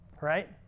right